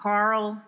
Carl